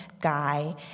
guy